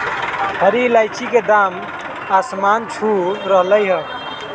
हरी इलायची के दाम आसमान छू रहलय हई